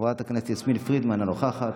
חברת הכנסת יסמין פרידמן, אינה נוכחת,